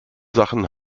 sachen